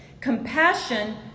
Compassion